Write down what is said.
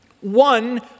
One